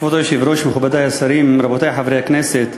כבוד היושב-ראש, מכובדי השרים, רבותי חברי הכנסת,